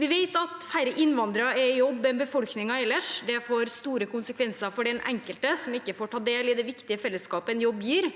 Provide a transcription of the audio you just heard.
Vi vet at færre innvandrere er i jobb enn i befolkningen ellers. Det får store konsekvenser for den enkelte, som ikke får ta del i det viktige fellesskapet en jobb gir.